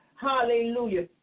hallelujah